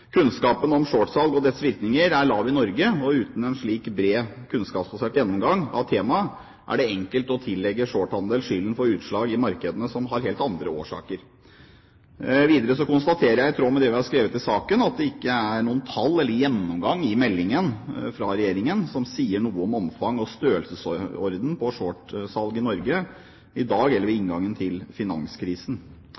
Kunnskapen om shortsalg og dets virkninger er lav i Norge og uten en slik bred, kunnskapsbasert gjennomgang av temaet er det enkelt å tillegge shorthandel skylden for utslag i markedene som har helt andre årsaker. Videre konstaterer jeg i tråd med det vi har skrevet i saken, at det ikke er noen tall eller gjennomgang i meldingen fra regjeringen som sier noe om omfang og størrelsesorden på shortsalg i Norge i dag eller ved